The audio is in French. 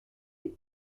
est